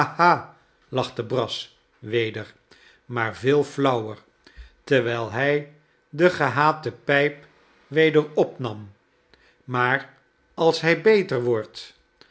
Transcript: lachte brass weder maar veel flauwer terwijl hij de gehate pijp weder opnam maar als hy beter wordt